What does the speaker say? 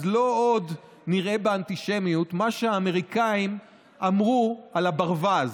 אז לא עוד נראה באנטישמיות מה שהאמריקאים אמרו על הברווז: